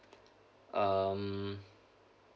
um